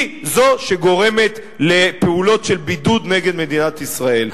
היא זו שגורמת לפעולות של בידוד נגד מדינת ישראל.